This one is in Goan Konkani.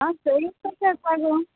आं सई कशें आसा गो